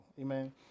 Amen